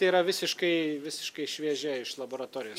tai yra visiškai visiškai šviežia iš laboratorijos